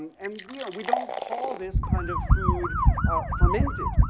and we yeah we don't call this kind of food fermented.